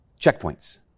checkpoints